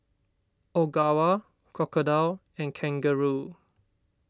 Ogawa Crocodile and Kangaroo